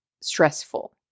stressful